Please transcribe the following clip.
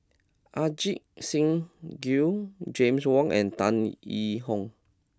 Ajit Singh Gill James Wong and Tan Yee Hong